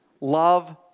Love